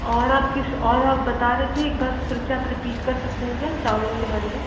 और आप किस और आप बता रहे थे बस फिर से आप रिपीट कर सकते हैं क्या चावलों के बारे में